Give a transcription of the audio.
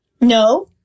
No